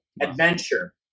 adventure